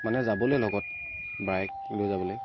মানে যাবলৈ লগত বাইক লৈ যাবলৈ